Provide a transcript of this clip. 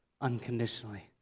unconditionally